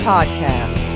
Podcast